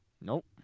Nope